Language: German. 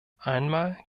einmal